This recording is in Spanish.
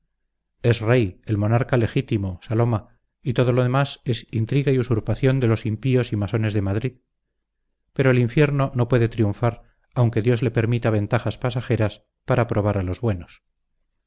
es rey el monarca legítimo saloma y todo lo demás es intriga y usurpación de los impíos y masones de madrid pero el infierno no puede triunfar aunque dios le permita ventajas pasajeras para probar a los buenos